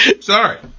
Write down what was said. Sorry